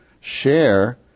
share